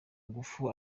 ngufu